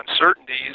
uncertainties